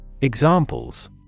Examples